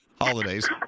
holidays